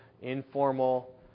informal